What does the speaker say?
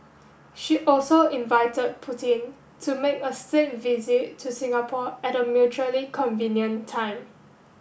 she also invite Putin to make a state visit to Singapore at a mutually convenient time